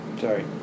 Sorry